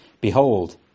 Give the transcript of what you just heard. Behold